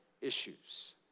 issues